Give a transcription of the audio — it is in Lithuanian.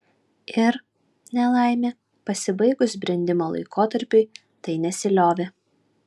ir nelaimė pasibaigus brendimo laikotarpiui tai nesiliovė